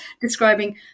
describing